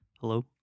hello